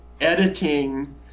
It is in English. editing